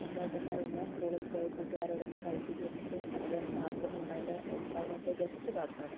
എൻ്റെ ഏട്ടൻ എന്ന് പറയുന്നത് സ്കൂളിൽ പോയി കൂട്ടുകാരോടൊത്ത് കളിച്ച് ചിരിച്ച് അധികം മാർക്കൊന്നും ഉണ്ടാവില്ല എക്സാമിനൊക്കെ ജസ്റ്റ് പാസ് ആണ്